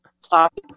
Stop